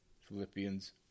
Philippians